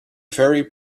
very